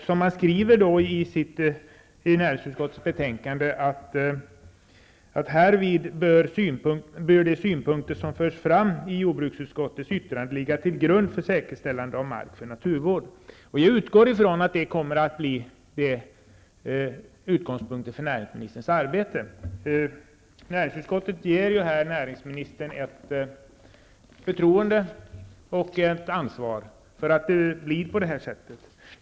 Näringsutskottet skriver i betänkandet: ''Härvid bör de synpunkter som förs fram i jordbruksutskottets yttrande ligga till grund för säkerställande av mark för naturvårdsändamål.'' Jag utgår från att det kommer att bli utgångspunkten för näringsministerns arbete. Näringsutskottet ger ju näringsministern ett förtroende och ansvar för att det blir på detta sätt.